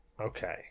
Okay